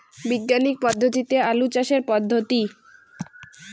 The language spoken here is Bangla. বিজ্ঞানিক পদ্ধতিতে আলু চাষের পদ্ধতি?